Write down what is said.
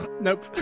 nope